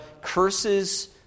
curses